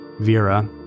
Vera